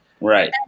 right